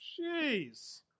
Jeez